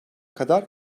kadar